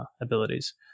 abilities